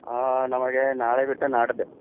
ನಮಗೆ ನಾಳೆ ಬಿಟ್ಟು ನಾಡಿದ್ದು